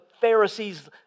Pharisees